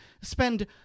spend